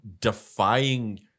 defying